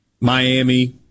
Miami